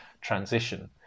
transition